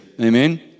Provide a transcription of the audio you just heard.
Amen